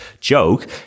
joke